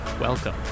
Welcome